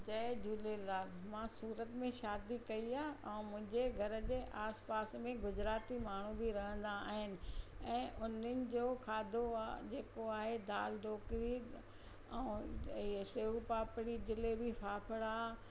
जय झूलेलाल मां सूरत में शादी कई आहे ऐं मुंहिंजे घर जे आसपास में गुजराती माण्हू बि रहंदा आहिनि ऐं उन्हनि जो खाधो आहे जेको आहे दाल ढोकली ऐं इहे सेव पापड़ी जलेबी फाफड़ा